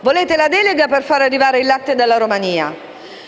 volete la delega per far arrivare il latte dalla Romania,